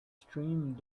streamed